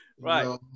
Right